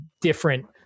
different